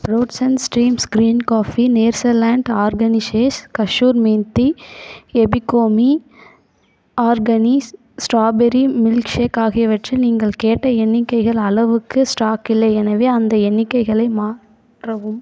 fruits and streams green coffee Natureland organics kasuri methi Epigamia organics strawberry milkshake ஆகியவற்றில் நீங்கள் கேட்ட எண்ணிக்கைகள் அளவுக்கு ஸ்டாக் இல்லை எனவே அந்த எண்ணிக்கைகளை மாற்றவும்